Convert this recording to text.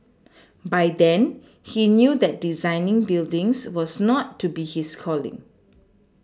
by then he knew that designing buildings was not to be his calling